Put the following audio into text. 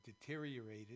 deteriorated